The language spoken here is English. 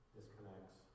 Disconnects